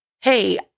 Hey